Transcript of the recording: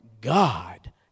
God